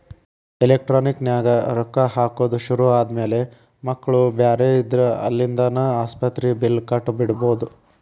electronic ನ್ಯಾಗ ರೊಕ್ಕಾ ಹಾಕೊದ್ ಶುರು ಆದ್ಮ್ಯಾಲೆ ಮಕ್ಳು ಬ್ಯಾರೆ ಇದ್ರ ಅಲ್ಲಿಂದಾನ ಆಸ್ಪತ್ರಿ ಬಿಲ್ಲ್ ಕಟ ಬಿಡ್ಬೊದ್